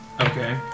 okay